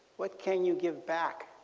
what can you give back